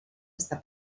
està